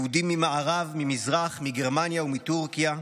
יהודים ממערב, ממזרח, מגרמניה ומטורקיה,